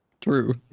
True